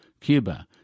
Cuba